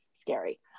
Scary